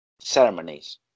ceremonies